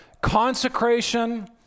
Consecration